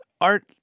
art